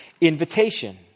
invitation